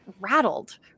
rattled